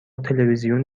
تلویزیون